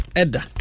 eda